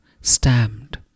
stamped